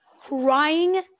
crying